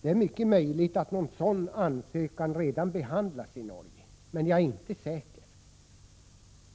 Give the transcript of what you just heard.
Det är mycket möjligt att någon sådan ansökan redan har behandlats i Norge, men jag är inte säker.